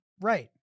right